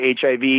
HIV